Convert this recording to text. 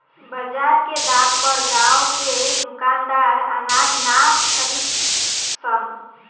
बजार के दाम पर गांव के दुकानदार अनाज ना खरीद सन